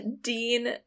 Dean